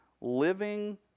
living